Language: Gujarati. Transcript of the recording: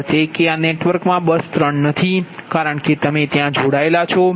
તેનો અર્થ એ કે આ નેટવર્ક મા બસ 3 નથી કારણ કે તમે ત્યાં જોડાયેલા છો